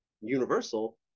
universal